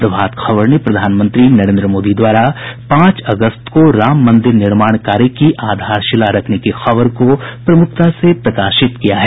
प्रभात खबर ने प्रधानमंत्री नरेन्द्र मोदी द्वारा पांच अगस्त को राम मंदिर निर्माण कार्य की आधारशिला रखने की खबर को प्रमुखता से प्रकाशित किया है